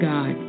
God